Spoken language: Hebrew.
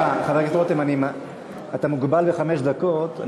סליחה, חבר הכנסת רותם, אתה מוגבל בחמש דקות.